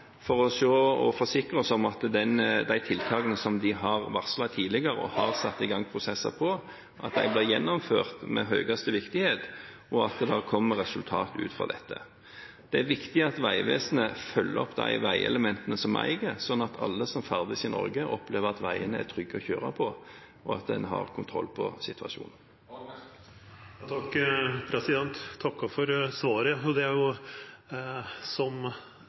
og forsikre oss om at de tiltakene de har varslet tidligere og satt i gang prosesser på, blir gjennomført med høyeste viktighet, og at det kommer resultater ut av dette. Det er viktig at Vegvesenet følger opp de veielementene vi eier, slik at alle som ferdes i Norge, opplever at veiene er trygge å kjøre på, og at en har kontroll på situasjonen. Eg takkar for svaret. Det er som statsråden òg seier – rutinane er til for å følgjast, og det er